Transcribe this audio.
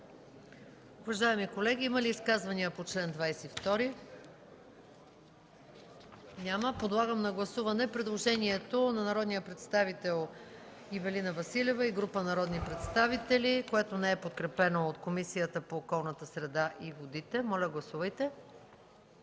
Уважаеми колеги, има ли изказвания по чл. 22? Няма. Подлагам на гласуване предложението на Ивелина Василева и група народни представители, което не е подкрепено от Комисията по околната среда и водите. Гласували